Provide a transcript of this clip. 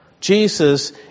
Jesus